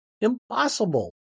impossible